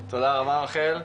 תודה רבה רחל,